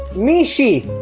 mishy